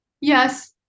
yes